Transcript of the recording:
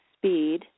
speed